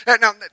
Now